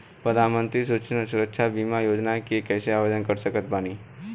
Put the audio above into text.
प्रधानमंत्री सुरक्षा बीमा योजना मे कैसे आवेदन कर सकत बानी?